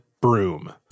broom